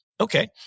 Okay